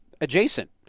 adjacent